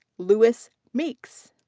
louis meeks.